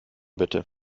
bitte